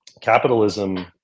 capitalism